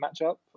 matchup